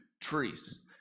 Trees